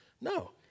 No